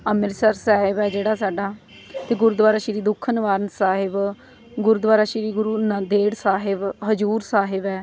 ਅੰਮ੍ਰਿਤਸਰ ਸਾਹਿਬ ਹੈ ਜਿਹੜਾ ਸਾਡਾ ਅਤੇ ਗੁਰਦੁਆਰਾ ਸ਼੍ਰੀ ਦੁੱਖ ਨਿਵਾਰਨ ਸਾਹਿਬ ਗੁਰਦੁਆਰਾ ਸ਼੍ਰੀ ਗੁਰੂ ਨੰਦੇੜ ਸਾਹਿਬ ਹਜ਼ੂਰ ਸਾਹਿਬ ਹੈ